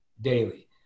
daily